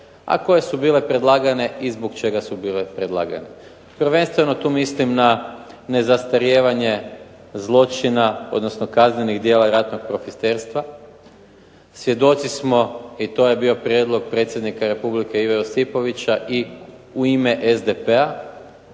a koje su bile predlagane i zbog čega su bile predlagane. Prvenstveno tu mislim na nezastarijevanje zločina odnosno kaznenih djela ratnog profiterstva. Svjedoci smo i to je bio prijedlog predsjednika Republike Ive Josipovića i u ime SDP-a,